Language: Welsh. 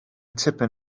tipyn